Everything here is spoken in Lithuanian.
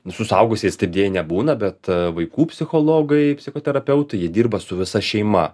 nu su suaugusiais taip deja nebūna bet vaikų psichologai psichoterapeutai jie dirba su visa šeima